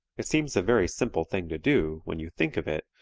it seems a very simple thing to do, when you think of it,